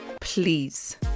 Please